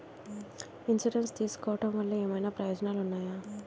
Insurance తీసుకోవటం వల్ల ఏమైనా ప్రయోజనాలు ఉన్నాయా?